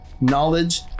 knowledge